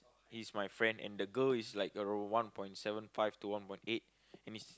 he is my friend and the girl is like around one point seven five to one point eight and is